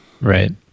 Right